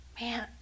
Man